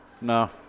No